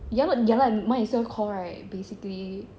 ya lah ya lah might as well call right basically